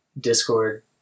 Discord